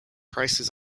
prices